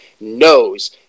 knows